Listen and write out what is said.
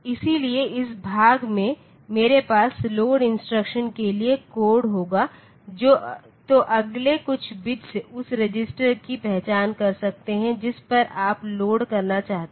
इसलिए इस भाग में मेरे पास लोड इंस्ट्रक्शन के लिए कोड होगा तो अगले कुछ बिट्स उस रजिस्टर की पहचान कर सकते हैं जिस पर आप लोड करना चाहते हैं